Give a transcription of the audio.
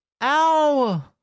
Ow